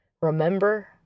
Remember